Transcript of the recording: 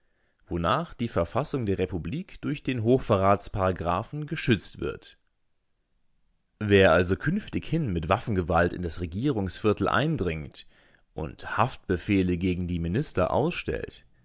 wonach die verfassung der republik durch den hochverratsparagraphen geschützt wird wer also künftighin mit waffengewalt in das regierungsviertel eindringt und haftbefehle gegen die minister ausstellt